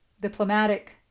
diplomatic